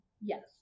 yes